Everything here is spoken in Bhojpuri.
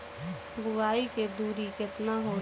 बुआई के दुरी केतना होला?